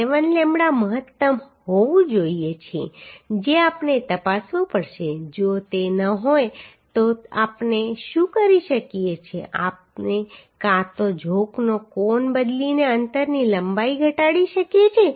7 lambda મહત્તમ હોવું જોઈએ જે આપણે તપાસવું પડશે જો તે ન હોય તો આપણે શું કરી શકીએ છીએ આપણે કાં તો ઝોકનો કોણ બદલીને અંતરની લંબાઈ ઘટાડી શકીએ છીએ